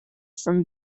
from